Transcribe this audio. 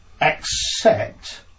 accept